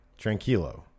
Tranquilo